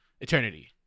eternity